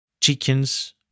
chickens